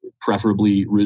preferably